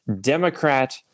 Democrat